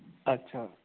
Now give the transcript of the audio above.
ਅੱਛਾ